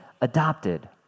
adopted